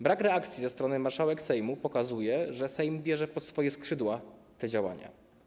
Brak reakcji ze strony marszałek Sejmu pokazuje, że Sejm bierze pod swoje skrzydła te działania.